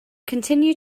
continue